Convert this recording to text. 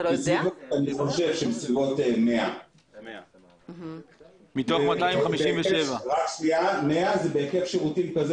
חושב שבסביבות 100. מתוך 257. זה בהיקף שירותים כזה